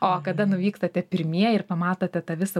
o kada nuvykstate pirmieji ir pamatote tą visą